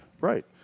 right